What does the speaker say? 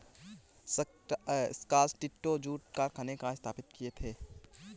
स्कॉटिशों ने जूट कारखाने कहाँ स्थापित किए थे?